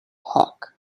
hawke